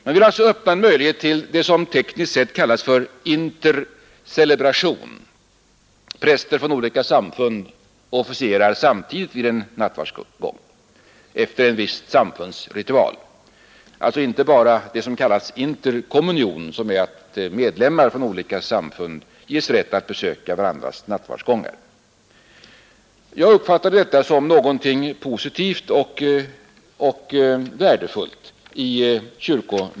Man vill alltså öppna en möjlighet till det som tekniskt sett kallas för intercelebration. Präster från olika samfund officierar samtidigt vid en nattvardsgång enligt ett visst samfunds ritual. Det är alltså inte bara fråga om s.k. interkommunion, som innebär att medlemmar från olika samfund ges rätt att besöka varandras nattvardsgångar. Jag uppfattar detta kyrkomötesbeslut som något positivt och värdefullt.